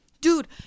dude